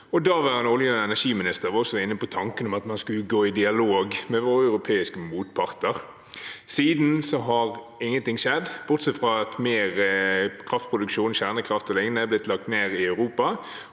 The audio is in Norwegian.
Daværende olje- og energiminister var også inne på tanken om at man skulle gå i dialog med våre europeiske motparter. Siden har ingenting skjedd, bortsett fra at mer kraftproduksjon og kjernekraft o.l. er blitt lagt ned i Europa,